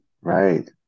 Right